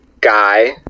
guy